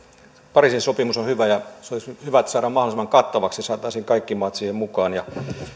pariisin sopimus on hyvä ja olisi nyt hyvä että saadaan se mahdollisimman kattavaksi ja saataisiin kaikki maat siihen mukaan